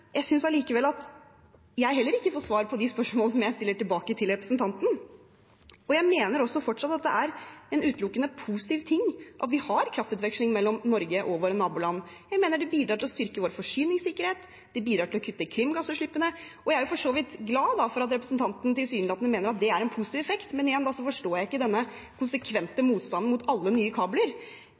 at jeg heller ikke får svar på de spørsmålene jeg stiller tilbake til representanten. Jeg mener fortsatt at det er en utelukkende positiv ting at vi har kraftutveksling mellom Norge og våre naboland. Jeg mener det bidrar til å styrke vår forsyningssikkerhet, og det bidrar til å kutte klimagassutslippene. Jeg er for så vidt glad for at representanten tilsynelatende mener det er en positiv effekt, men igjen forstår jeg ikke denne konsekvente motstanden mot alle nye kabler.